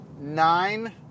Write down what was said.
nine